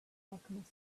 alchemist